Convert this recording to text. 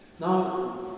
Now